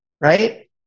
Right